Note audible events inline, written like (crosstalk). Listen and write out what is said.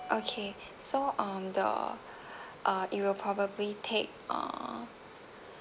okay so um the (breath) uh it will probably take uh